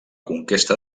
conquesta